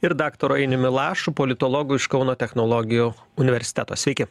ir daktaru einiumi lašu politologu iš kauno technologijų universiteto sveiki